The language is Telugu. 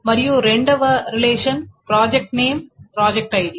మరియు రెండవ రిలేషన్ ప్రాజెక్ట్పే నేమ్ ప్రాజెక్ట్ ఐడి